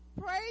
Pray